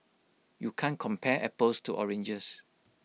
you can't compare apples to oranges